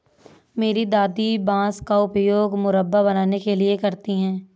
मेरी दादी बांस का उपयोग मुरब्बा बनाने के लिए करती हैं